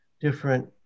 different